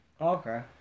Okay